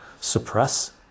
suppress